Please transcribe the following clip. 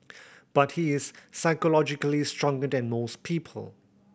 but he is psychologically stronger than most people